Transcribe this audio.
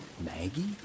Maggie